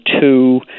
two